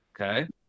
okay